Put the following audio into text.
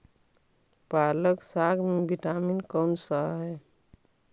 पालक साग में विटामिन कौन सा है?